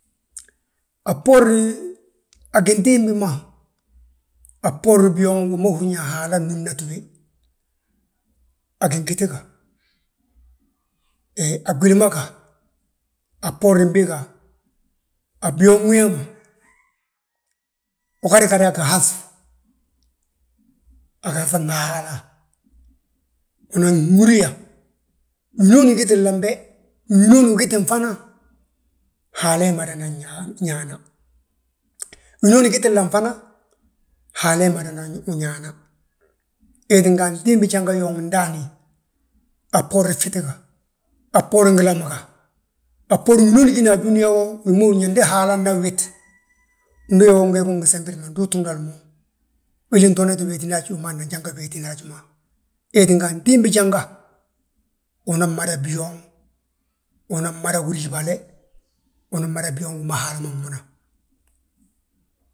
A bboorni a gintimbi ma, a bboorni gyooŋ wi ma húrin yaa, Haala nnúmnatiwi, a gingiti ga,. he a gwili ma ga, a bboorin mbii ga, a byooŋyooŋ ugadi gade a gihaŧ, a gihaŧin Haala ga. Unan húri yaa, winooni gitilinan be, ngi winooni ugitin fana Haala madana wi ñaana, winooni gitilina fana, Haala madana wi ñaana, wee tínga antimbi janga yooŋi ndaani a bboorin ffiti ga, a bboorin gilami ga, a bboorin winooni gina a dúniyaa wo, wi ma húri yaa ndi Haala na wit, mbii ho ugegi ngi sembid ma, ndu utuugnali mo, wi ntoona weetini haj, wi ma nan janga wéetina haji ma. Wéetinga, antimbi janga, unan mada byooŋ, unan mada uriibale, unan ma byooŋ wi ma Haala ma nwunna.